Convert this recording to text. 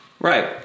Right